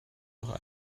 noch